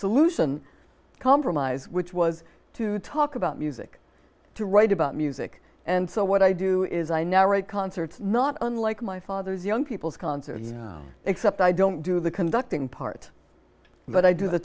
solution compromise which was to talk about music to write about music and so what i do is i now write concerts not unlike my father's young people's concerts except i don't do the conducting part but i do the